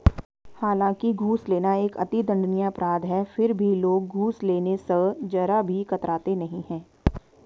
हालांकि घूस लेना एक अति दंडनीय अपराध है फिर भी लोग घूस लेने स जरा भी कतराते नहीं है